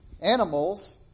animals